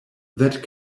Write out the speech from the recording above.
that